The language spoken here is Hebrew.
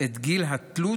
גיל התלות,